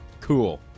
Cool